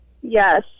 Yes